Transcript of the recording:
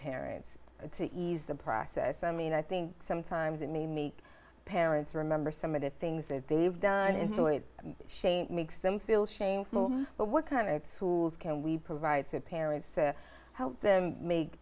parents to ease the process i mean i think sometimes it may make parents remember some of the things that they've done into it and shame makes them feel shameful but what kind of who can we provide to parents to help them make